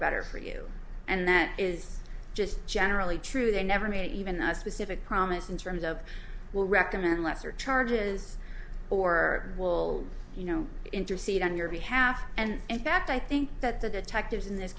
better for you and that is just generally true they never made even a specific promise in terms of will recommend lesser charges or will you know intercede on your behalf and in fact i think that the detectives in this